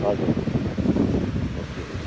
हजुर हजुर दस केजी